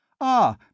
Ah